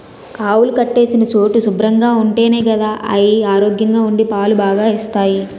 ఆవులు కట్టేసిన చోటు శుభ్రంగా ఉంటేనే గదా అయి ఆరోగ్యంగా ఉండి పాలు బాగా ఇస్తాయి